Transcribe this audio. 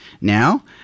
now